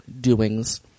doings